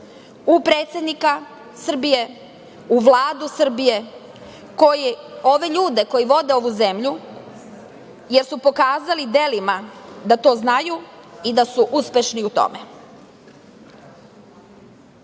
u predsednika Srbije, u Vladu Srbije, ove ljude koji vode ovu zemlju, jer su pokazali delima da to znaju i da su uspešni u tome. Ja